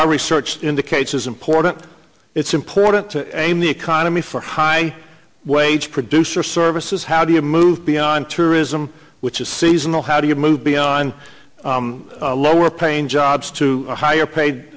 our research indicates is important it's important to aim the economy for high wage produce or services how do you move beyond tourism which is seasonal how do you move beyond lower paying jobs to higher